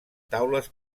taules